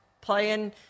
playing